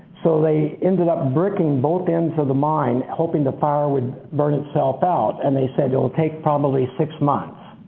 so they ended up bricking both ends of the mine hoping the fire would burn itself out. and they said it will take probably six months.